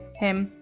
him,